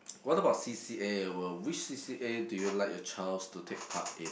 what about c_c_a will which c_c_a do you like your childs to take part in